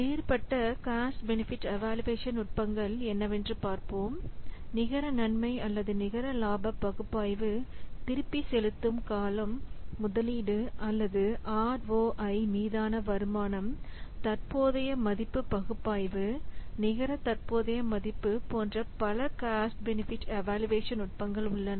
வேறுபட்ட cost benefit evaluation நுட்பங்கள் என்னவென்று பார்ப்போம் நிகர நன்மை அல்லது நிகர லாப பகுப்பாய்வு திருப்பிச் செலுத்தும் காலம் முதலீடு அல்லது ROI மீதான வருமானம் தற்போதைய மதிப்பு பகுப்பாய்வு நிகர தற்போதைய மதிப்பு போன்ற பல காஸ்ட் பெனிஃபிட் இவாலுயேஷன் நுட்பங்கள் உள்ளன